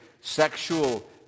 sexual